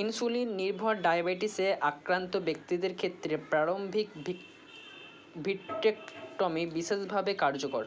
insulin নির্ভর ডায়াবেটিসে আক্রান্ত ব্যক্তিদের ক্ষেত্রে প্রারম্ভিক ভিট্রেক্টমি বিশেষভাবে কার্যকর